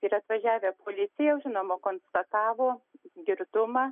ir atvažiavę policija žinoma konstatavo girtumą